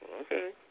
Okay